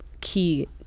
key